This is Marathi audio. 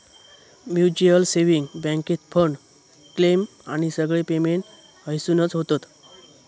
म्युच्युअल सेंविंग बॅन्केत फंड, क्लेम आणि सगळे पेमेंट हयसूनच होतत